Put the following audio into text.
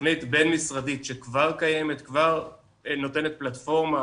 תוכנית בין-משרדית שכבר קיימת, כבר נותנת פלטפורמה